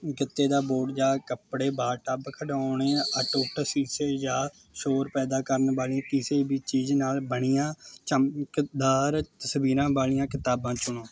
ਗੱਤੇ ਦਾ ਬੋਰਡ ਜਾਂ ਕੱਪੜੇ ਬਾਥਟੱਬ ਖਿਡੌਣੇ ਅਟੁੱਟ ਸ਼ੀਸ਼ੇ ਜਾਂ ਸ਼ੋਰ ਪੈਦਾ ਕਰਨ ਵਾਲੀ ਕਿਸੇ ਵੀ ਚੀਜ਼ ਨਾਲ ਬਣੀਆਂ ਚਮਕਦਾਰ ਤਸਵੀਰਾਂ ਵਾਲੀਆਂ ਕਿਤਾਬਾਂ ਚੁਣੋ